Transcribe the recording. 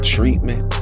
treatment